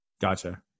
Gotcha